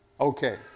Okay